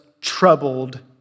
troubled